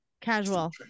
Casual